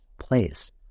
place